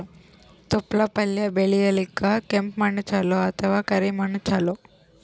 ತೊಪ್ಲಪಲ್ಯ ಬೆಳೆಯಲಿಕ ಕೆಂಪು ಮಣ್ಣು ಚಲೋ ಅಥವ ಕರಿ ಮಣ್ಣು ಚಲೋ?